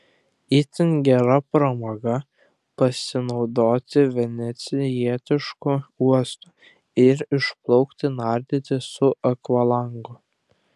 itin gera pramoga pasinaudoti venecijietišku uostu ir išplaukti nardyti su akvalangu